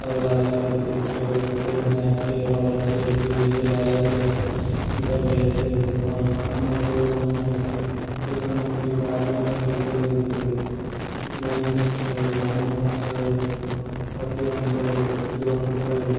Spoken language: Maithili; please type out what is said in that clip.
तबला छै ई छै ओ छै माइक छै हॉर्न छै डीजे छै बजा छै ई सब रहै छै जेतना हमरा सबके गाँवमे किर्तन मण्डलीके आदमी सब जे छै से गणेश राम मोहन छै सत्यम छै शिवम् छै